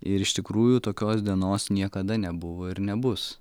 ir iš tikrųjų tokios dienos niekada nebuvo ir nebus